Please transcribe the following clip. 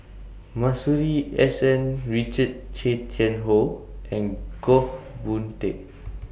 Masuri S N Richard Tay Tian Hoe and Goh Boon Teck